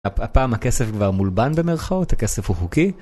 הפעם הכסף כבר מולבן במרכאות? הכסף הוא חוקי?